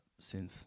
synth